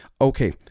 Okay